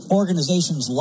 organizations